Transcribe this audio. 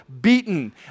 beaten